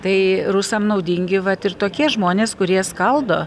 tai rusam naudingi vat ir tokie žmonės kurie skaldo